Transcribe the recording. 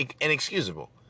inexcusable